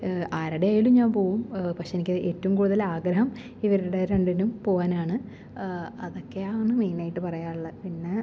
ആരുടെ ആയാലും ഞാൻ പോവും പക്ഷെ എനിക്ക് ഏറ്റവും കൂടുതലാഗ്രഹം ഇവരുടെ രണ്ടിനും പോകാനാണ് അതൊക്കെയാണ് മെയിനായിട്ട് പറയാനുള്ളത് പിന്നെ